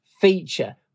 feature